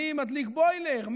מי מדליק בוילר,